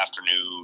afternoon